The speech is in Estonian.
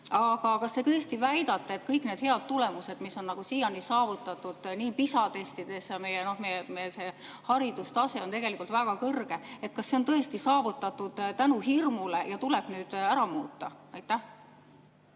Aga kas te tõesti väidate, et kõik need head tulemused, mis on siiani saavutatud PISA‑testides – meie haridustase on tegelikult väga kõrge –, kas see on tõesti saavutatud tänu hirmule ja tuleb ära muuta? Aitäh,